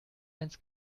eins